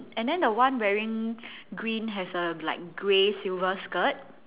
and then the one wearing green has a like grey silver skirt